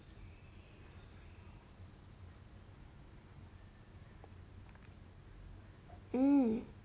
mm